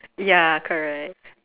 ya correct